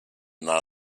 none